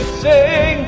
sing